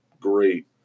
great